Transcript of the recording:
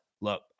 look